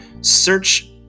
search